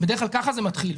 בדרך כלל ככה זה מתחיל.